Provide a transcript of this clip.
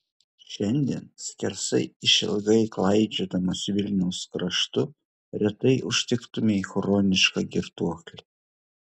šiandien skersai išilgai klaidžiodamas vilniaus kraštu retai užtiktumei chronišką girtuoklį